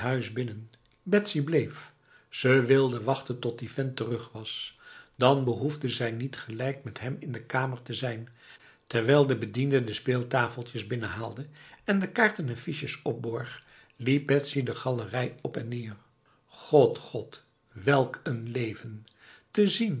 huis binnen betsy bleef ze wilde wachten tot die vent terug was dan behoefde zij niet tegelijk met hem in de kamer te zijn terwijl de bediende de speeltafeltjes binnenhaalde en de kaarten en fiches opborg liep betsy de galerij op en neefl god god welk een leven te zien